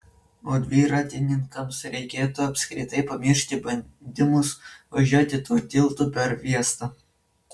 o dviratininkams reikėtų apskritai pamiršti bandymus važiuoti tuo tiltu per fiestą